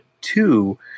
two